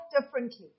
differently